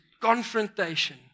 confrontation